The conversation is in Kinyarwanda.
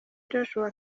joshua